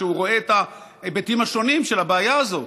והוא רואה את ההיבטים השונים של הבעיה הזאת.